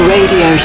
Radio